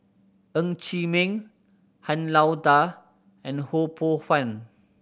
Ng Chee Meng Han Lao Da and Ho Poh Fun